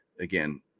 again